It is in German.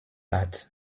art